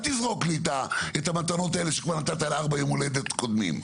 אל תזרוק לי את המתנות האלה שכבר נתת לארבעה ימי הולדת קודמים.